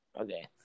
Okay